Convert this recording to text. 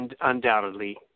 undoubtedly